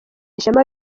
ishema